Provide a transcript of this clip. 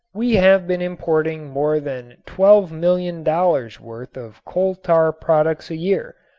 we have been importing more than twelve million dollars worth of coal-tar products a year,